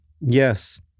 yes